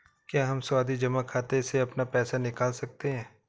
क्या हम सावधि जमा खाते से अपना पैसा निकाल सकते हैं?